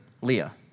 Leah